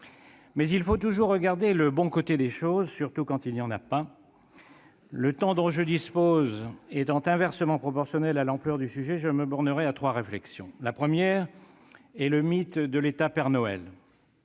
il faut toujours regarder le bon côté des choses, surtout lorsqu'il n'y en a pas ... Le temps dont je dispose étant inversement proportionnel à l'ampleur du sujet, je me bornerai à trois réflexions. Ma première remarque concerne le mythe de l'État père Noël.